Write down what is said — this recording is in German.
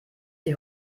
die